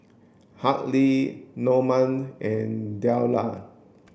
Hartley Namon and Deliah